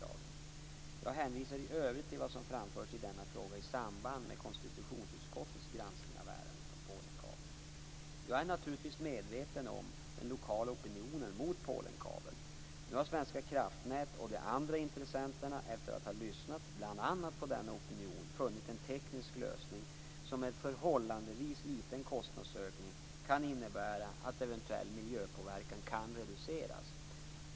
Jag hänvisar i övrigt till vad som framförts i denna fråga i samband med konstitutionsutskottets granskning av ärendet om Polenkabeln. Jag är naturligtvis medveten om den lokala opinionen mot Polenkabeln. Nu har Svenska kraftnät och de andra intressenterna, efter att ha lyssnat på bl.a. denna opinion, funnit en teknisk lösning som med en förhållandevis liten kostnadsökning kan innebära att eventuell miljöpåverkan kan reduceras.